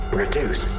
reduce